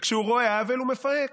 שכשהוא רואה עוול הוא מפהק.